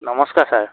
নমস্কাৰ ছাৰ